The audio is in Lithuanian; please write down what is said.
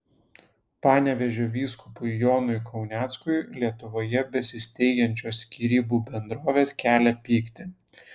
panevėžio vyskupui jonui kauneckui lietuvoje besisteigiančios skyrybų bendrovės kelia pyktį